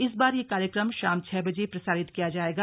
इस बार यह कार्यक्रम शाम छह बजे प्रसारित किया जाएगा